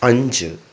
അഞ്ച്